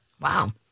Wow